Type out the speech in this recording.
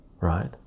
right